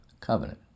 covenant